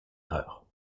erreur